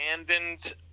abandoned –